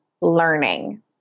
learning